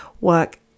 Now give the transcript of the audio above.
work